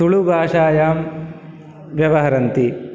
तुलुभाषायां व्यवहरन्ति